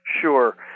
Sure